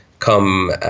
come